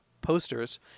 posters